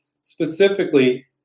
specifically